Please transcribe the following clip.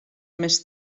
més